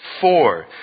four